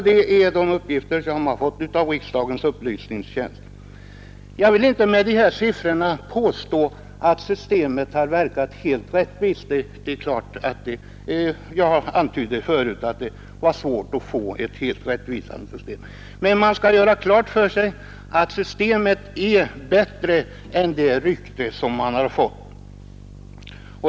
Detta är de uppgifter jag har fått av riksdagens upplysningstjänst. Jag vill inte med dessa siffror påstå att systemet verkat helt tillfredsställande — jag har antytt förut att det är svårt att få till stånd ett helt rättvist system — men det bör göras klart att skyddet är bättre än sitt rykte.